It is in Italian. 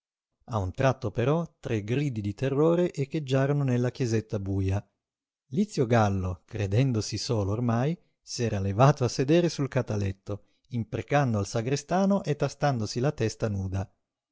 a un tratto però tre gridi di terrore echeggiarono nella chiesetta buja lizio gallo credendosi solo ormai s'era levato a sedere sul cataletto imprecando al sagrestano e tastandosi la testa nuda